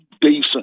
decent